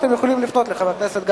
אתם יכולים לפנות לחבר הכנסת גפני.